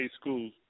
schools